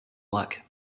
luck